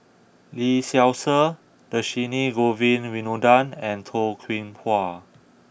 Lee Seow Ser Dhershini Govin Winodan and Toh Kim Hwa